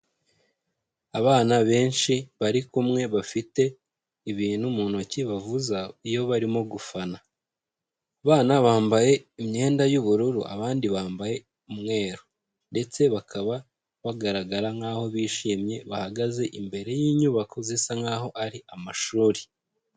Abana benshi bari kumwe bafite ibintu mu ntoki bavuza iyo barimo gufana. Abana bambaye imyenda y'ubururu abandi bambaye umweru. Ndetse bakaba bagaragara nkaho bishimye bahagaze imbere y'inyubako zisa nkaho ari amashuri.